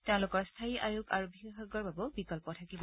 তেওঁলোকৰ স্থায়ী আয়োগ আৰু বিশেষজ্ঞৰ বাবে বিকল্প থাকিব